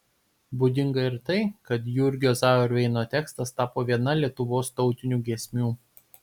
būdinga ir tai kad jurgio zauerveino tekstas tapo viena lietuvos tautinių giesmių